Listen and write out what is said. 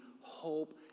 hope